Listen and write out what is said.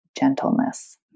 gentleness